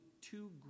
two